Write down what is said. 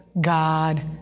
God